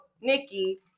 Nikki